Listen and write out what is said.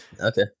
Okay